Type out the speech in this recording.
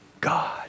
God